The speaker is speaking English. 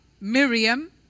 Miriam